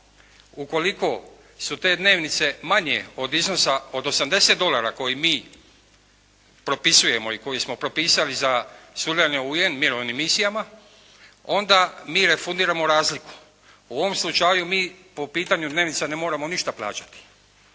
Ukoliko su te dnevnice manje od iznosa od 80 dolara koje mi propisujemo i koje smo propisali za sudjelovanje u UN mirovnim misijama, onda mi refundiramo razliku. U ovom slučaju mi po pitanju dnevnica ne moramo ništa plaćati.